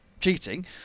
cheating